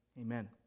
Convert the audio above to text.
amen